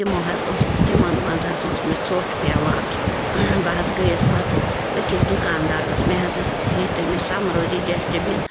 تِمو حظ اوس تِمن منٛز حظ اوس مےٚ ژوٚٹھ پیٚوان بہٕ حظ گٔیَس پَتہٕ أکٕس دُکاندارس مےٚ حظ ٲسۍ ہیٚتۍ تٔمس سمروٗدی ڈشٹہٕ بِن